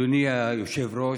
אדוני היושב-ראש,